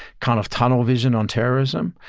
kind of tunnel vision on terrorism,